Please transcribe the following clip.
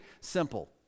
simple